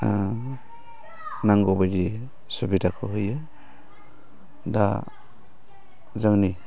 नांगौ बायदि सुबिदाखौ होयो दा जोंनि